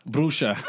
Bruxa